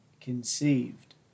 conceived